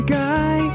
guy